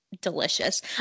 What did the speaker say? delicious